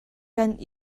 kan